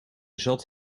zat